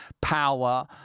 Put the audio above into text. power